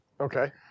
Okay